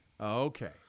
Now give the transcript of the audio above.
Okay